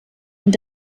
und